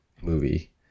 movie